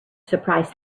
surprised